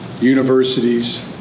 universities